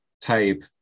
type